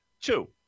Two